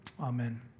Amen